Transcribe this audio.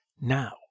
Now